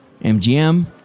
MGM